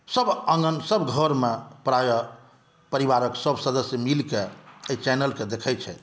सभ आङ्गन सभ घरमे प्रायः परिवारक सभ सदस्य मिलकेँ एहि चैनलकेँ देखै छथि